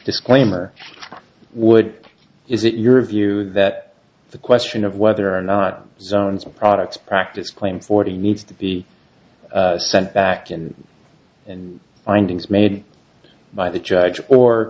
disclaimer would is it your view that the question of whether or not zones of products practice claim forty needs to be sent back in and findings made by the judge or